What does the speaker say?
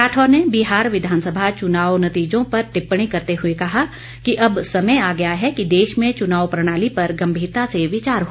राठौर ने बिहार विधानसभा चुनाव नतीजों पर टिप्पणी करते हुए कहा कि अब समय आ गया है कि देश में चुनाव प्रणाली पर गम्भीरता से विचार हो